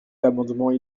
d’amendements